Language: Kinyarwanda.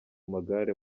magare